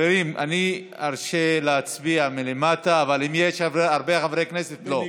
אם יש הרבה חברי כנסת אז לא.